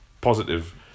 positive